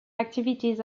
activities